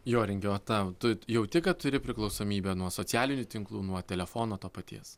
joringi o tau tu jauti kad turi priklausomybę nuo socialinių tinklų nuo telefono to paties